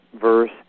verse